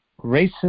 racist